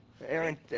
Aaron